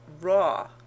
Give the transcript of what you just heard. raw